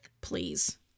please